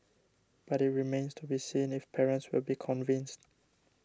but it remains to be seen if parents will be convinced